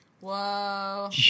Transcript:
Whoa